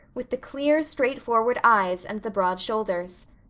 with the clear, straightforward eyes and the broad shoulders.